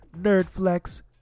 Nerdflex